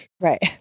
Right